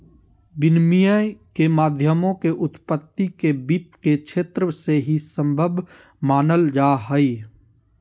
विनिमय के माध्यमों के उत्पत्ति के वित्त के क्षेत्र से ही सम्भव मानल जा हइ